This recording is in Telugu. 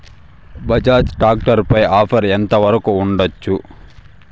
బజాజ్ టాక్టర్ పై ఆఫర్ ఎంత వరకు ఉండచ్చు?